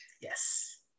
Yes